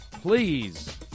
Please